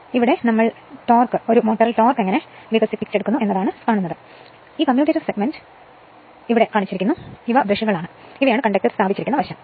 നമ്മൾ തുടരുന്നു അടുത്തത് ഒരു മോട്ടോറിൽ വികസിപ്പിച്ച ടോർക്ക് ആണ് ഈ കമ്മ്യൂട്ടേറ്റർ സെഗ്മെന്റ് ഇവ ബ്രഷുകളാണ് ഇവയാണ് കണ്ടക്ടർ സ്ഥാപിച്ചിരിക്കുന്ന വശം